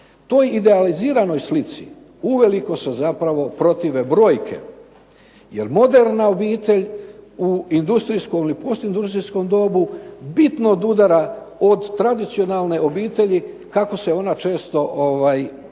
Toj idealiziranoj slici uveliko se zapravo protive brojke, jer moderna obitelj u industrijskom ili postindustrijskom dobu bitno odudara od tradicionalne obitelji kako se ona često predmnijeva